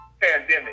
pandemic